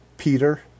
Peter